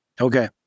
Okay